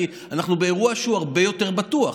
כי אנחנו באירוע שהוא הרבה יותר בטוח.